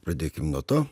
pradėkim nuo to